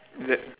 is it